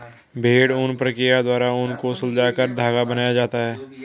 भेड़ ऊन प्रक्रिया द्वारा ऊन को सुलझाकर धागा बनाया जाता है